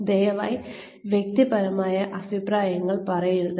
ദയവായി വ്യക്തിപരമായ അഭിപ്രായങ്ങൾ പറയരുത്